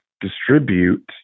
distribute